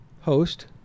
host